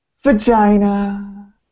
Vagina